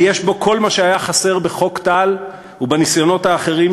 אבל יש בו כל מה שהיה חסר בחוק טל ובניסיונות האחרים,